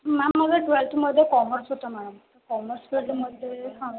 ma'am माझं ट्वेल्थमधे commerce होतं मॅडम कॉमर्स याच्यामध्ये हां हां